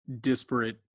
disparate